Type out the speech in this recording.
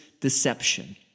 deception